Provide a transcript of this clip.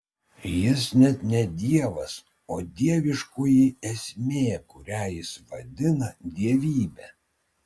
jis net ne dievas o dieviškoji esmė kurią jis vadina dievybe